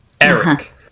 Eric